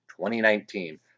2019